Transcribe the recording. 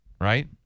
right